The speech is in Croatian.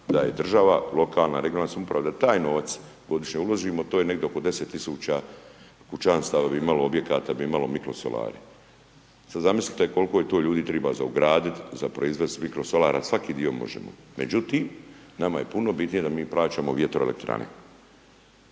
daje država, lokalna, regionalna samouprava da taj novac godišnje uložimo, to je negdje oko 10000 kućanstava bi imalo, objekata bi imali mikro solarij. Sad zamislite koliko je to ljudi triba za ugraditi, za proizvesti mikrosolara svaki dio možemo. Međutim, nama je puno bitnije da mi plaćamo vjetroelektrane.